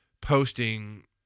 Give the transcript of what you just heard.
posting